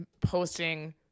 posting